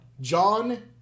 John